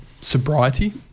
sobriety